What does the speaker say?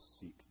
seek